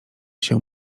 się